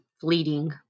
fleeting